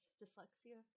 dyslexia